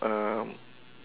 um